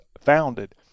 founded